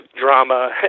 drama